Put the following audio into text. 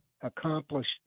accomplished